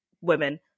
women